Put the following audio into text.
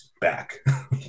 back